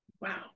Wow